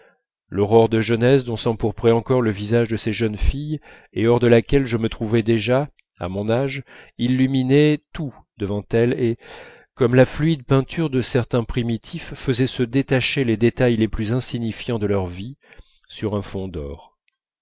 l'aurore de jeunesse dont s'empourprait encore le visage de ces jeunes filles et hors de laquelle je me trouvais déjà à mon âge illuminait tout devant elles et comme la fluide peinture de certains primitifs faisait se détacher les détails les plus insignifiants de leur vie sur un fond d'or